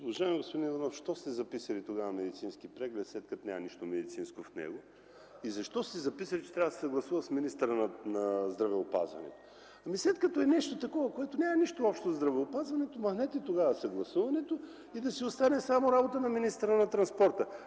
Уважаеми господин Иванов, защо сте записали тогава „медицински преглед”, след като в него няма нищо медицинско?! И защо сте записали, че трябва да се съгласува с министъра на здравеопазването? След като е нещо, което няма нищо общо със здравеопазването, тогава махнете съгласуването и да си остане само работа на министъра на транспорта.